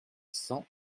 cent